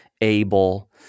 able